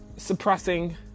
suppressing